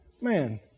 Man